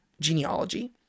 genealogy